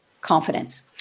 confidence